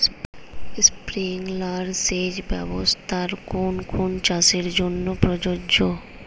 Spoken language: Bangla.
স্প্রিংলার সেচ ব্যবস্থার কোন কোন চাষের জন্য প্রযোজ্য?